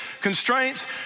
constraints